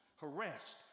harassed